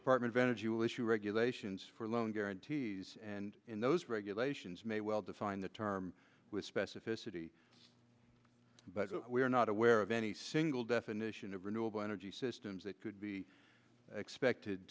department of energy will issue regulations for loan guarantees and in those regulations may well define the term with specificity but we are not aware of any single definition of renewable energy systems that could be expected